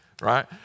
right